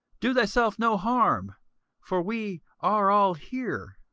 do thyself no harm for we are all here.